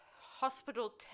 hospital